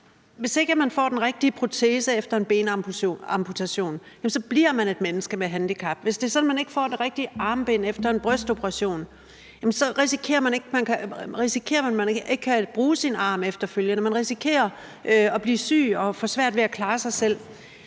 Hvis ikke man får den rigtige protese efter en benamputation, bliver man et menneske med handicap. Hvis det er sådan, at man ikke får det rigtige armbind efter en brystoperation, risikerer man, at man ikke kan bruge sin arm efterfølgende; man risikerer at blive syg og få svært ved at klare sig selv.